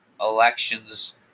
elections